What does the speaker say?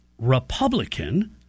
Republican